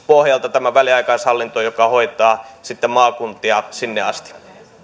pohjalta tämä väliaikaishallinto joka sitten hoitaa maakuntia sinne asti